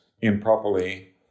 improperly